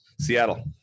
Seattle